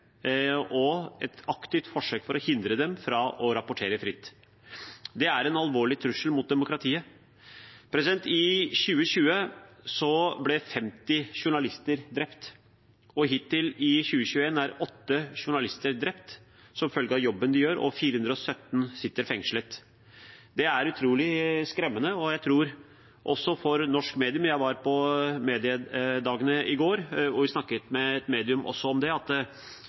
og aktive forsøk på å hindre dem fra å rapportere fritt. Det er en alvorlig trussel mot demokratiet. I 2020 ble 50 journalister drept. Hittil i 2021 er åtte journalister drept som følge av jobben de gjør, og 417 sitter fengslet. Det er utrolig skremmende, også for norske medier, tror jeg. Jeg var på Nordiske mediedager i går og snakket med et medium også om det, at